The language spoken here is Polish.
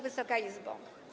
Wysoka Izbo!